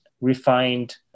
refined